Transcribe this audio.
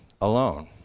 alone